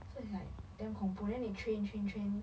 so it's like damn 恐怖 then they train train train